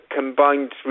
combined